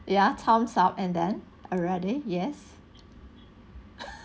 ya times up and then already yes